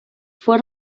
fue